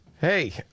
Hey